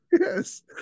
yes